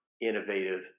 innovative